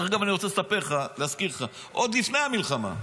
אני רוצה לספר לך, להזכיר לך, עוד לפני המלחמה,